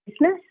business